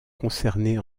concernées